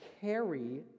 carry